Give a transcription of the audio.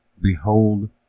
Behold